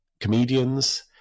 comedians